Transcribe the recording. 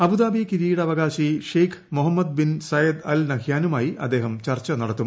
Abu Dhabi കിരീടാവകാശി Sheikh Mohammed bin Zayed Al നഹ്യാനുമായി അദ്ദേഹം ചർച്ച നടത്തും